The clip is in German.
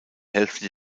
hälfte